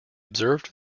observed